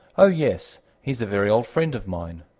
oh, yes, he's a very old friend of mine.